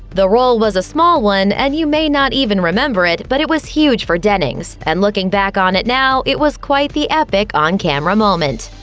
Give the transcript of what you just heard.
the role was a small one, and you may not even remember it, but it was huge for dennings. and looking back on it now, it was quite the epic on-camera moment.